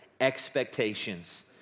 expectations